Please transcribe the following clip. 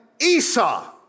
Esau